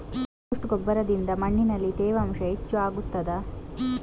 Compost ಗೊಬ್ಬರದಿಂದ ಮಣ್ಣಿನಲ್ಲಿ ತೇವಾಂಶ ಹೆಚ್ಚು ಆಗುತ್ತದಾ?